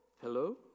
Hello